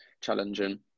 challenging